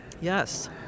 Yes